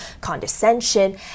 condescension